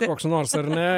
koks nors ar ne